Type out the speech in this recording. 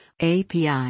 API